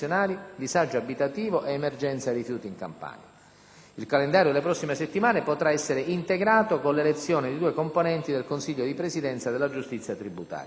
disagio abitativo e emergenza rifiuti in Campania. Il calendario delle prossime settimane potrà essere integrato con l'elezione di due componenti del Consiglio di Presidenza della giustizia tributaria.